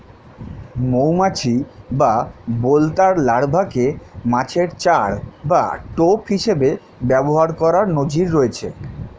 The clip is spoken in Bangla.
মৌমাছি বা বোলতার লার্ভাকে মাছের চার বা টোপ হিসেবে ব্যবহার করার নজির রয়েছে